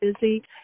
busy